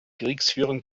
kriegsführung